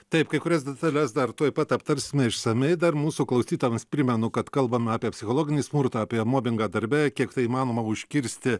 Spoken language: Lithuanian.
taip kai kurias detales dar tuoj pat aptarsime išsamiai dar mūsų klausytojams primenu kad kalbam apie psichologinį smurtą apie mobingą darbe kiek tai įmanoma užkirsti